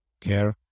care